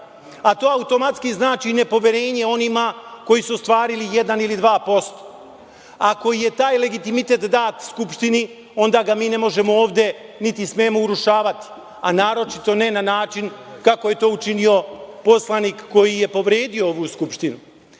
a to automatski znači nepoverenje onima koji su ostvarili jedan ili 2%. Ako je taj legitimitet dat Skupštini, onda ga mi ne možemo ovde, niti smemo urušavati,a naročito ne na način kako je to učinio poslanik koji je povredio ovu Skupštinu